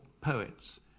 poets